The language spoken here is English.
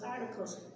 articles